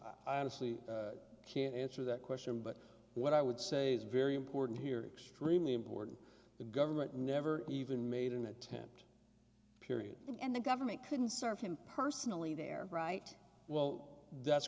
it i honestly can't answer that question but what i would say is very important here streaming important the government never even made an attempt period and the government couldn't serve him personally there right well that's